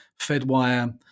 Fedwire